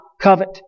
covet